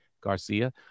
Garcia